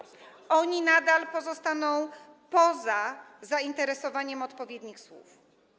Oni nadal pozostaną poza zainteresowaniem odpowiednich służb.